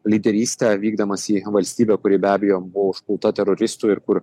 lyderystę vykdamas į valstybę kuri be abejo buvo užpulta teroristų ir kur